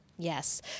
Yes